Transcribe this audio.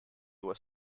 was